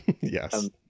Yes